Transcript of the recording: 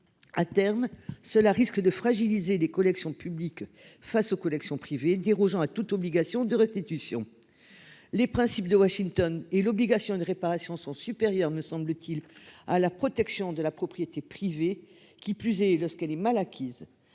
À terme, cela risque de fragiliser les collections publiques face aux collections privées dérogeant à toute obligation de restitution. Les principes de Washington et l'obligation de réparation sont supérieures ne semble-t-il à la protection de la propriété privée qui plus est lorsqu'elle est mal acquises.